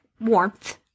warmth